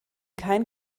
kein